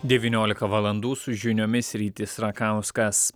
devyniolika valandų su žiniomis rytis rakauskas